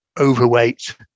overweight